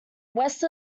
west